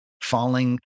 falling